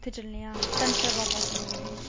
उत्थै चलने आं धनसर बाबा चलो